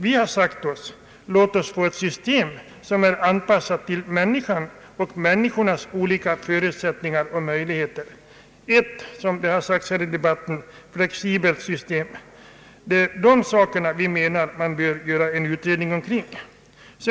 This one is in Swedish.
Vi har sagt: Låt oss få ett system som är anpassat till människornas olika förutsättningar och möjligheter, ett — som det har sagts här i dag — flexibelt system. Det är dessa saker som en utredning enligt vår mening bör syssla med.